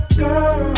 girl